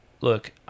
look